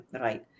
right